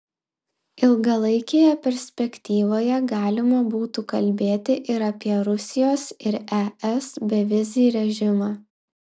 ilgalaikėje perspektyvoje galima būtų kalbėti ir apie rusijos ir es bevizį režimą